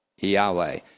Yahweh